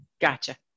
gotcha